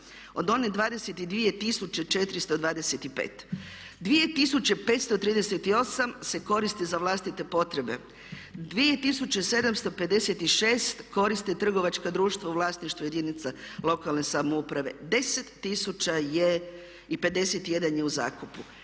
tisuće 425, 2538 se koristi za vlastite potrebe, 2756 koriste trgovačka društva u vlasništvu jedinica lokalne samouprave. 10 tisuća i 51 je u zakupu.